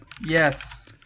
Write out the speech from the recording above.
Yes